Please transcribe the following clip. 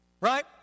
right